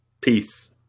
Peace